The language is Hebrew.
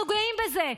אנחנו גאים בזה,